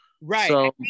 right